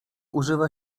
używa